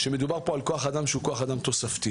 על כוח אדם שהוא כוח אדם תוספתי,